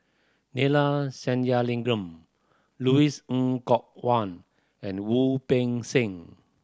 Neila Sathyalingam Louis Ng Kok Kwang and Wu Peng Seng